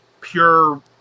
pure